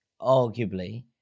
arguably